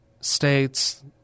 states